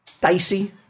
dicey